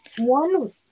one